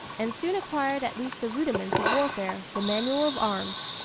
and soon acquired at least the rudiments of warfare, the manual of arms.